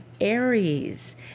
Aries